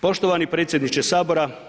Poštovani predsjedniče Sabora.